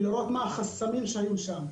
ולראות מה החסמים שהיו שם.